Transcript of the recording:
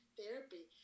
therapy